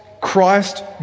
Christ